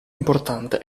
importante